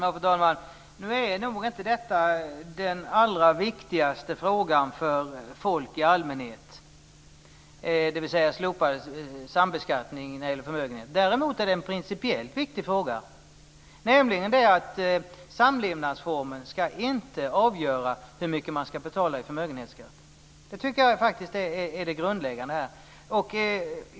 Fru talman! Nu är nog inte detta med slopad sambeskattning i samband med förmögenhet den allra viktigaste frågan för folk i allmänhet. Däremot är det en principiellt viktig fråga. Samlevnadsformen ska inte avgöra hur mycket man ska betala i förmögenhetsskatt, det är det grundläggande.